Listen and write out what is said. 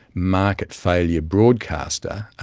market failure broadcaster,